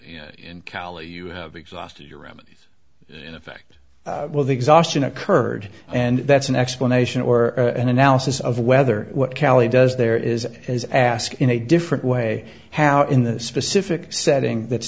in cali you have exhausted your remedies in effect well the exhaustion occurred and that's an explanation or an analysis of whether what cali does there is as asked in a different way how in the specific setting